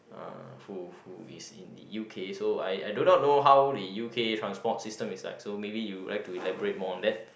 uh who who is in U_K so I I do not know how the U_K transport system is like so maybe you would like to elaborate more on that